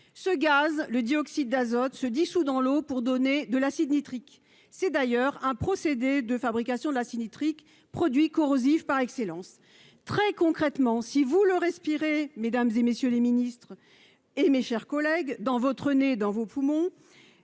ce gaz le dioxyde d'azote se dissout dans l'eau pour donner de l'acide nitrique, c'est d'ailleurs un procédé de fabrication de la symétrique produit corrosif par excellence, très concrètement, si vous le respirez, mesdames et messieurs les Ministres, hé les mes chers collègues, dans votre nez dans vos poumons